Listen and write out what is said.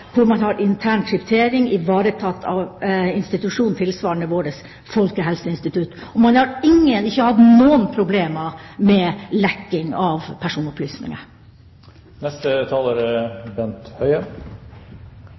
hvor man har intern kryptering ivaretatt av institusjon tilsvarende vårt Folkehelseinstituttet. Man har ikke hatt noen problemer med lekking av